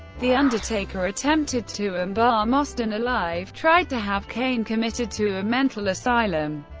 the undertaker attempted to embalm austin alive, tried to have kane committed to a mental asylum,